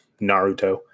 Naruto